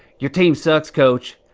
your team sucks, coach,